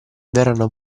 verranno